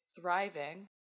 thriving